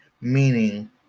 meaning